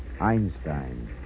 Einstein